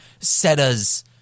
Setas